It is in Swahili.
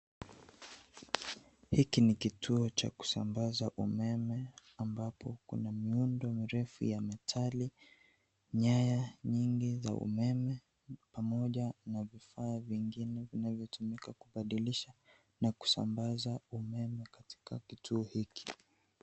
Hiki ni kituo cha kusambaza umeme ambapo Kuna miundo mirefu ya metali , nyaya nyingi za umeme pamoja na vifaa vingine vinavyotumika kubadilisha na kusambaza umeme katika kituo hiki.